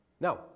Now